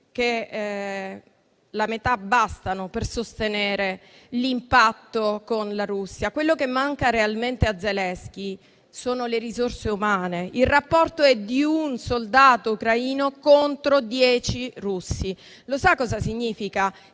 delle quali bastano per sostenere l'impatto con la Russia. Quello che manca realmente a Zelenski sono le risorse umane. Il rapporto è di un soldato ucraino contro dieci russi. Lo sa cosa significa